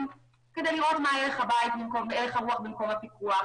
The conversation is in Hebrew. כדי לראות מה הלך הרוח במקום הפיקוח,